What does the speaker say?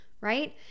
right